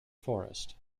forest